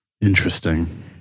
Interesting